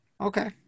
Okay